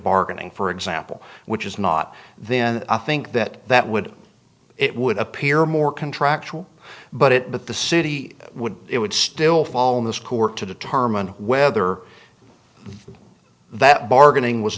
bargaining for example which is not then i think that that would it would appear more contractual but it but the city would it would still fall in this court to determine whether that bargaining was